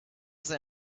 they